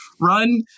run